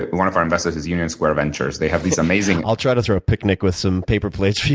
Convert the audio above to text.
ah one of our investors is union square ventures. they have these amazing i'll try to throw a picnic with some paper plates for you